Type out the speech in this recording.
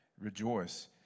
rejoice